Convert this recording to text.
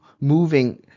Moving